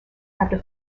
after